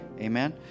Amen